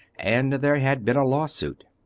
and there had been a lawsuit.